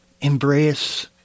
embrace